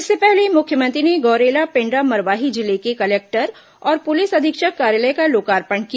इससे पहले मुख्यमंत्री ने गौरेला पेण्ड्रा मरवाही जिले के कलेक्टर और पुलिस अधीक्षक कार्यालय का लोकार्पण किया